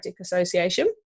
Association